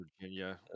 Virginia